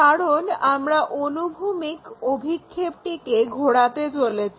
কারণ আমরা অনুভূমিক অভিক্ষেপটিকে ঘোরাতে চলেছি